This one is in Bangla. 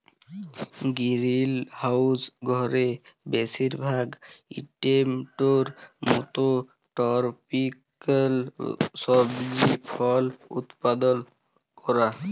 গিরিলহাউস ঘরে বেশিরভাগ টমেটোর মত টরপিক্যাল সবজি ফল উৎপাদল ক্যরা